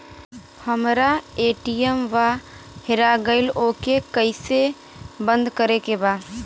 हमरा ए.टी.एम वा हेरा गइल ओ के के कैसे बंद करे के बा?